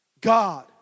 God